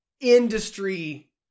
industry